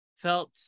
felt